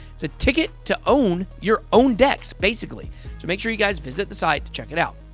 it's a ticket to own your own dex basically. so make sure you guys visit the site to check it out.